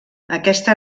aquesta